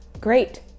great